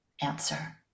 answer